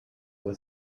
was